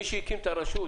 מי שהקים את הרשות,